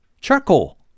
Charcoal